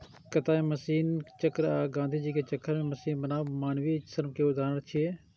कताइ मशीनक चक्र आ गांधीजी के चरखा मशीन बनाम मानवीय श्रम के उदाहरण छियै